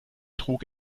trug